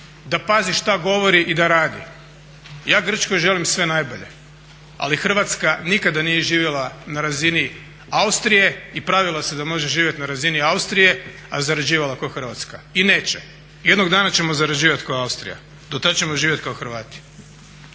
da pazi šta govori i da radi. Ja Grčkoj želim sve najbolje ali Hrvatska nikada nije živjela na razini Austrije i pravila se da može živjeti na razini Austrija a zarađivala kao Hrvatska. I neće. Jednog dana ćemo zarađivati kao Austrija, do tada ćemo živjeti kao Hrvati.